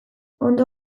ondo